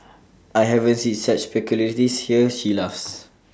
I haven't seen such peculiarities here she laughs